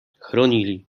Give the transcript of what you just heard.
chronili